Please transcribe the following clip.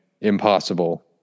Impossible